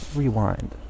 rewind